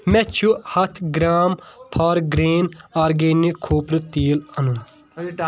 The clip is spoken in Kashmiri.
مےٚ چھُ ہَتھ گرٛام فار گرٛیٖن آرگینِک کھوٗپرٕ تیٖل اَنُن